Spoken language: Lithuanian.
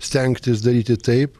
stengtis daryti taip